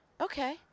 okay